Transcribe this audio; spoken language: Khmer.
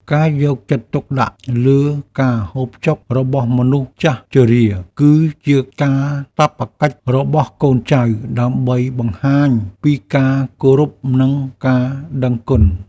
ការយកចិត្តទុកដាក់លើការហូបចុករបស់មនុស្សចាស់ជរាគឺជាកាតព្វកិច្ចរបស់កូនចៅដើម្បីបង្ហាញពីការគោរពនិងការដឹងគុណ។